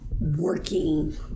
Working